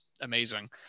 amazing